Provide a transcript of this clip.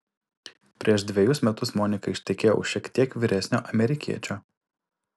prieš dvejus metus monika ištekėjo už šiek tiek vyresnio amerikiečio